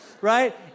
right